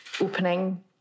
opening